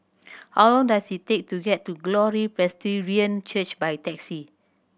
how long does it take to get to Glory Presbyterian Church by taxi